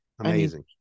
Amazing